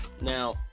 Now